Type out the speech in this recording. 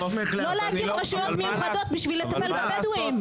לא להקים רשויות מיוחדות כדי לטפל בבדואים.